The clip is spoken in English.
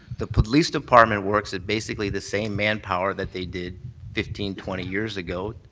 the police department works at basically the same manpower that they did fifteen, twenty years ago,